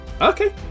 Okay